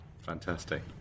Fantastic